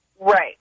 Right